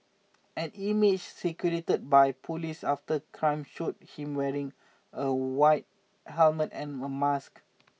an image circulated by police after crime showed him wearing a white helmet and a mask